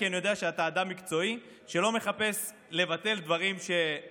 כי אני יודע שאתה אדם מקצועי שלא מחפש לבטל דברים שאני